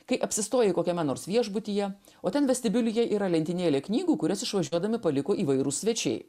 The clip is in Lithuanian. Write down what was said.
kai apsistoji kokiame nors viešbutyje o ten vestibiulyje yra lentynėlė knygų kurias išvažiuodami paliko įvairūs svečiai